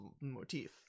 motif